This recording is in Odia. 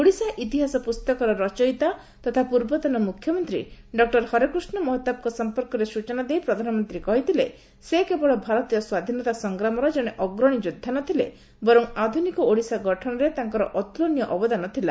ଓଡ଼ିଶା ଇତିହାସ ପୁସ୍ତକର ରଚୟିତା ତଥା ପ୍ରର୍ବତନ ମୁଖ୍ୟମନ୍ତ୍ରୀ ଡକ୍ଟର ହରେକୃଷ୍ଣ ମହତାବଙ୍କ ସମ୍ପର୍କରେ ସ୍ଟଚନା ଦେଇ ପ୍ରଧାନମନ୍ତ୍ରୀ କହିଥିଲେ ସେ କେବଳ ଭାରତୀୟ ସ୍ୱାଧୀନତା ସଂଗ୍ରାମର ଜଣେ ଅଗ୍ରଣୀ ଯୋଦ୍ଧା ନ ଥିଲେ ବରଂ ଆଧୁନିକ ଓଡ଼ିଶା ଗଠନରେ ତାଙ୍କର ଅତୁଳନୀୟ ଅବଦାନ ଥିଲା